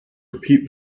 repeat